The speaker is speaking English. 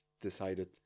decided